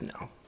No